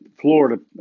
Florida